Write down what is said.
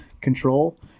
Control